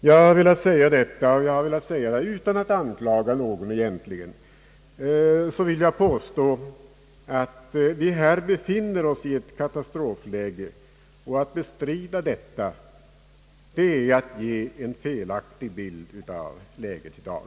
Jag har velat säga detta, och utan att egentligen anklaga någon vill jag påstå, att vi befinner oss i ett katastrofläge. Att bestrida detta är att ge en felaktig bild av läget i dag.